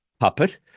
puppet